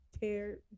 tear